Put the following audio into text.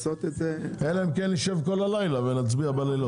אלא אם כן נשב כל הלילה ונצביע בלילות.